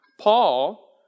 Paul